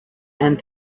and